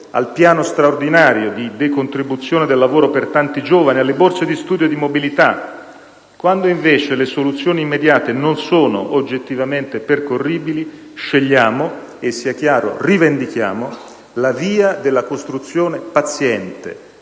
al piano straordinario di decontribuzione del lavoro per tanti giovani, alle borse di studio e di mobilità. Quando, invece, le soluzioni immediate non sono oggettivamente percorribili, scegliamo e - sia chiaro - rivendichiamo la via della costruzione paziente